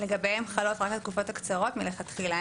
לגביהם חלות רק התקופות הקצרות מלכתחילה,